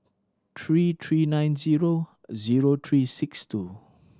three three nine zero zero three six two